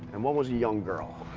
and one was a young girl.